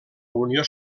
unió